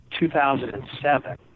2007